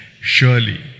Surely